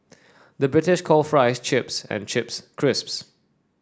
the British calls fries chips and chips crisps